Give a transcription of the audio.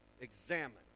Examine